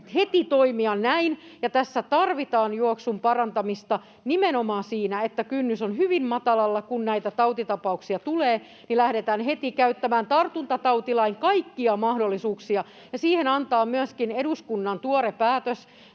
teko toimia heti näin. Tässä tarvitaan juoksun parantamista, nimenomaan siinä, että kynnys on hyvin matalalla: kun näitä tautitapauksia tulee, niin lähdetään heti käyttämään tartuntatautilain kaikkia mahdollisuuksia. Meille antaa myöskin eduskunnan tuore päätös